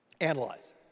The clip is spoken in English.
Analyze